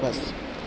બસ